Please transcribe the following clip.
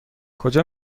کجا